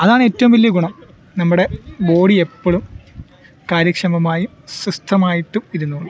അതാണ് ഏറ്റവും വലിയ ഗുണം നമ്മുടെ ബോഡി എപ്പോഴും കാര്യക്ഷമമായും സിസ്റ്റമായിട്ടും ഇരുന്നുകൊള്ളും